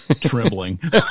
trembling